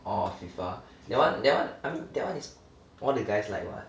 orh FIFA that [one] that [one] I mean that [one] is all the guys like [what]